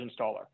installer